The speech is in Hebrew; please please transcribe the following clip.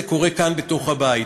זה קורה כאן בתוך הבית.